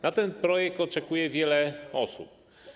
Na ten projekt czeka wiele osób.